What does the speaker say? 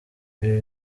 ibi